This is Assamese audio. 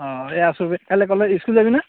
অঁ এই আছোঁ বে কাইলৈ কলে স্কুল যাবিনে